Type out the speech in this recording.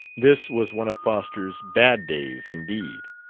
this was one of foster's bad days indeed.